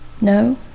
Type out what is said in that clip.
No